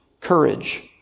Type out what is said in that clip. courage